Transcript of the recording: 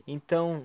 Então